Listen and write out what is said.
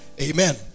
Amen